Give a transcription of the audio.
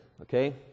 okay